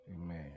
Amen